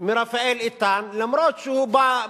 מרפאל איתן, אף שהוא בא,